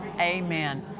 Amen